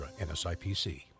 NSIPC